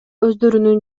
өздөрүнүн